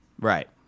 Right